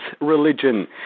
religion